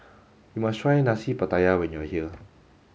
you must try Nasi Pattaya when you are here